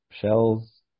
shells